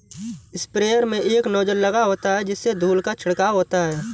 sprayer में एक nozzle लगा होता है जिससे धूल का छिड़काव होता है